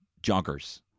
joggers